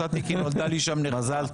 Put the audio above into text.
נסעתי כי נולדה לי שם נכדה.